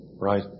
right